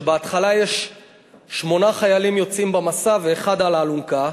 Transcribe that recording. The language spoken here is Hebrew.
שבהתחלה שמונה חיילים יוצאים במסע ואחד על האלונקה,